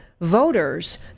voters